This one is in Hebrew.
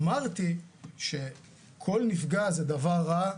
אמרתי שכל נפגע זה דבר רע,